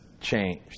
changed